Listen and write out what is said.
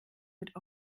wird